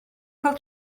cael